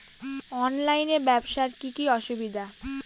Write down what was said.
অনলাইনে ব্যবসার কি কি অসুবিধা?